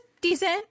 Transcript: decent